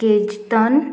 केजतान